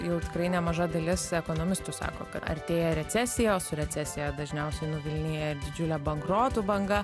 jau tikrai nemaža dalis ekonomistų sako kad artėja recesija o su recesija dažniausiai nuvilnija ir didžiulė bankrotų banga